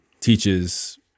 teaches